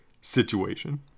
situation